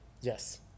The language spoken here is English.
Yes